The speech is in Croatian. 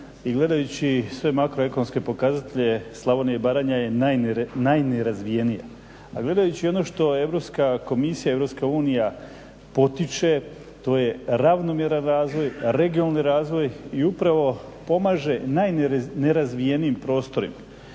gledajući sve makroekonomske pokazatelje, Slavonija i Baranja je najnerazvijenija. A gledajući ono što Europska komisija, EU potiče to je ravnomjeran razvoj, regionalni razvoj i upravo pomaže najnerazvijenijim prostorima.